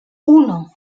uno